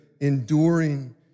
enduring